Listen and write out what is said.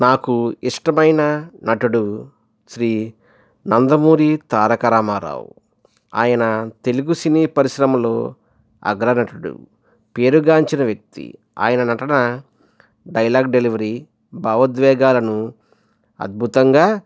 నాకు ఇష్టమైన నటుడు శ్రీ నందమూరి తారక రామారావు ఆయన తెలుగు సినీ పరిశ్రమలు అగ్ర నటుడు పేరుగాంచిన వ్యక్తి ఆయన నటన డైలాగ్ డెలివరీ భావోద్వేగాలను అద్భుతంగా